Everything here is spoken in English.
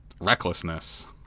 recklessness